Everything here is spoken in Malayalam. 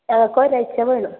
ഞങ്ങൾക്ക് ഒരാഴ്ച വേണം